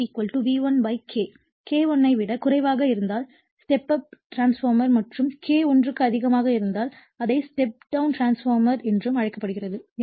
ஆகையால் V2 V1 K K1 ஐ விடக் குறைவாக இருந்தால் ஸ்டெப் அப் டிரான்ஸ்பார்மர் மற்றும் கே ஒன்றுக்கு அதிகமாக இருந்தால் அதை ஸ்டெப் டௌன் டிரான்ஸ்பார்மர் என்று அழைக்கப்படுகிறது